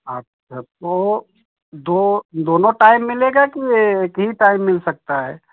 आप रखो दो दोनों टाइम मिलेगा कि एक ही टाइम मिल सकता है